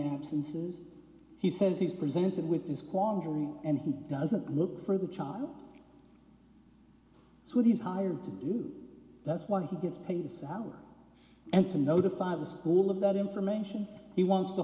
absences he says he's presented with this quandary and he doesn't look for the child so what he's hired to do that's why he gets paid this hour and to notify the school of that information he wants t